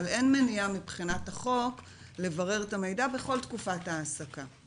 אבל אין מניעה מבחינת החוק לברר את המידע בכל תקופת ההעסקה,